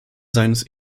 seines